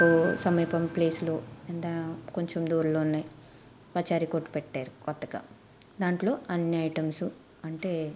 మాకు సమీపం ప్లేస్లో అంటే కొంచెం దూరంలోనే పచారీ కొట్టు పెట్టారు కొత్తగా దాంట్లో అన్నీ ఐటమ్సు అంటే